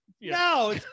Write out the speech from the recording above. No